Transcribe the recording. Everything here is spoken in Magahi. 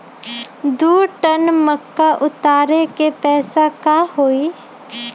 दो टन मक्का उतारे के पैसा का होई?